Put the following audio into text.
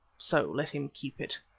so let him keep it.